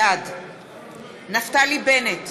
בעד נפתלי בנט,